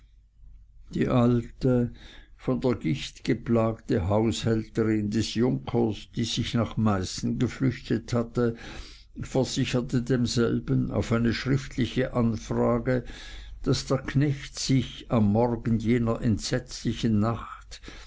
die alte von der gicht geplagte haushälterin des junkers die sich nach meißen geflüchtet hatte versicherte demselben auf eine schriftliche anfrage daß der knecht sich am morgen jener entsetzlichen nacht